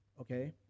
okay